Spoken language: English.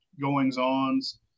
goings-ons